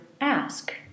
ask